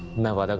married,